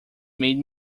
made